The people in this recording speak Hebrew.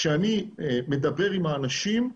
כשאני מדבר עם האנשים,